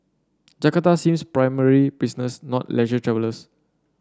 Jakarta sees primarily business not leisure travellers